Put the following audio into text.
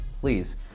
Please